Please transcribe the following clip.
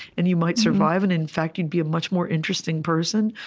and you might survive, and in fact, you'd be a much more interesting person.